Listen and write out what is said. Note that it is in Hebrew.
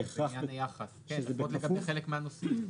לא בדקתי אבל לפחות לגבי חלק מהנושאים.